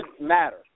matter